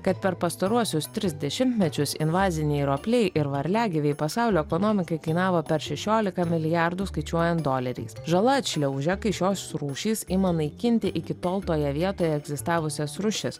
kad per pastaruosius tris dešimtmečius invaziniai ropliai ir varliagyviai pasaulio ekonomikai kainavo per šešioliką milijardų skaičiuojant doleriais žala atšliaužia kai šios rūšys ima naikinti iki tol toje vietoje egzistavusias rūšis